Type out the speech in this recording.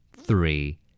Three